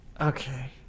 okay